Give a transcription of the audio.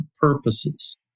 purposes